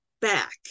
back